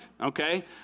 Okay